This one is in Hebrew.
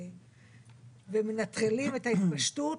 ומנטרלים את ההתפשטות.